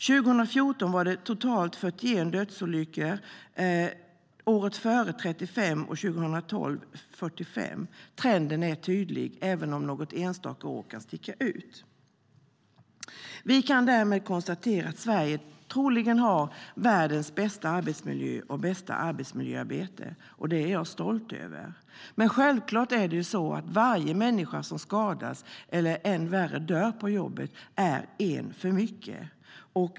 År 2014 inträffade totalt 41 dödsolyckor, året före 35 och 45 år 2012. Trenden är tydlig, även om något enstaka år kan sticka ut. Vi kan därmed konstatera att Sverige troligen har världens bästa arbetsmiljö och arbetsmiljöarbete. Det är jag stolt över. Men självfallet är varje människa som skadas eller, ännu värre, dör på jobbet en för mycket.